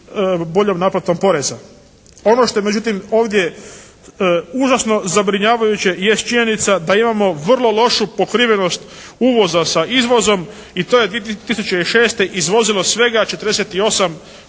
boljom naplatom poreza. Ono što je međutim ovdje užasno zabrinjavajuće jest činjenica da imamo vrlo lošu pokrivenost uvoza sa izvozom i to je 2006. izvozilo svega 48%.